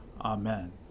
Amen